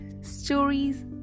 stories